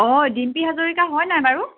অঁ ডিম্পী হাজৰিকা হয় নাই বাৰু